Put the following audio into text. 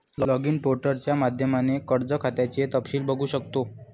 login पोर्टलच्या माध्यमाने कर्ज खात्याचं तपशील बघू शकतो